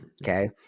Okay